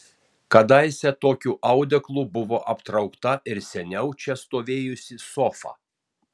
kadaise tokiu audeklu buvo aptraukta ir seniau čia stovėjusi sofa